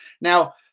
now